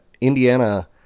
Indiana